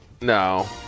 No